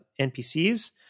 NPCs